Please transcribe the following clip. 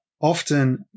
often